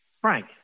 Frank